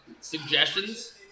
suggestions